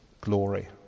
glory